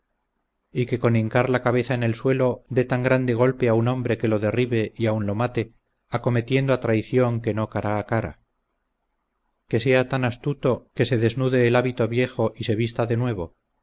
y que con hincar la cabeza en el suelo dé tan grande golpe a un hombre que lo derribe y aun lo mate acometiendo a traición que no cara a cara que sea tan astuto que se desnude el hábito viejo y se vista de nuevo